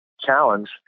challenge